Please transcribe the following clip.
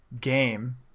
game